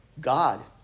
God